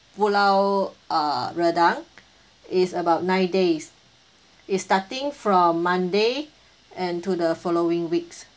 pulau uh redang it's about nine days is starting from monday and to the following week